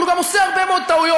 אבל הוא גם עושה הרבה מאוד טעויות,